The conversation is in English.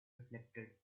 reflected